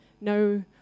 no